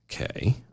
Okay